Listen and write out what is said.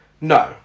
No